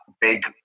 big